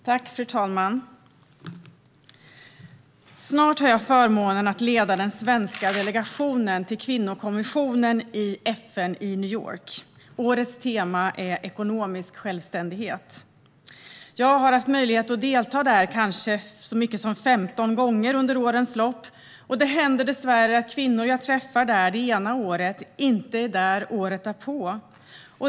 Fru talman! Snart har jag förmånen att leda den svenska delegationen till kvinnokommissionen i FN i New York. Årets tema är ekonomisk självständighet. Jag har haft möjlighet att delta där kanske så många som 15 gånger under årens lopp. Det händer dessvärre att kvinnor som jag träffar där det ena året inte är där året därpå.